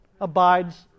abides